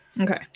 Okay